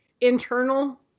internal